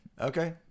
Okay